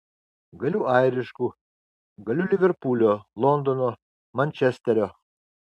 galiu airišku galiu liverpulio londono mančesterio